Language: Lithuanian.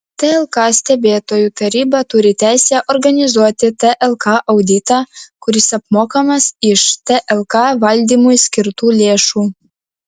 tlk stebėtojų taryba turi teisę organizuoti tlk auditą kuris apmokamas iš tlk valdymui skirtų lėšų